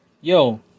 Yo